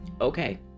okay